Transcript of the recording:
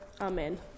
Amen